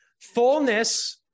Fullness